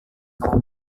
kamu